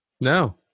No